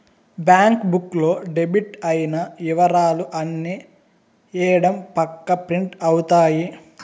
bank book లో debit అయిన ఇవరాలు అన్ని ఎడం పక్క ప్రింట్ అవుతాయి